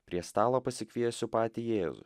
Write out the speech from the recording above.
prie stalo pasikviesiu patį jėzų